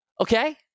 Okay